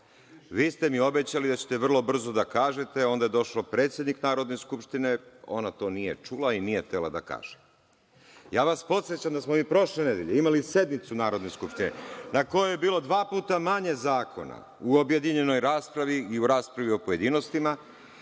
Vi ste mi obećali da ćete vrlo brzo da kažete, onda je došao predsednik Narodne skupštine, ona to nije čula i nije htela da kaže. Ja vas podsećam da smo i prošle nedelje imali sednicu Narodne skupštine na kojoj je bilo dva puta manje zakona u objedinjenoj raspravi i u raspravi u pojedinostima